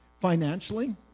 financially